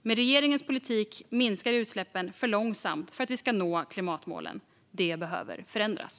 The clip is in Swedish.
Med regeringens politik minskar utsläppen för långsamt för att vi ska nå klimatmålen. Detta behöver förändras.